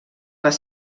les